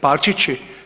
Palčići?